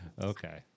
Okay